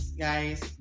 guys